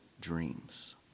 dreams